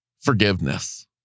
forgiveness